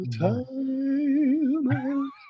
Time